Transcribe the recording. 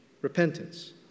Repentance